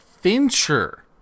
Fincher